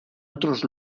otros